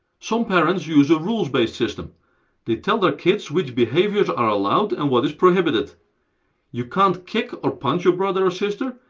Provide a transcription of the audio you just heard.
some parents use a rules-based system they tell their kids which behaviors are allowed and what is prohibited you can't kick or punch your brother or sister,